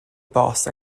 bost